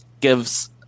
gives